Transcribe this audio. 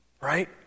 Right